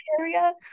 area